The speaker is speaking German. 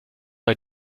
bei